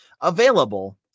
Available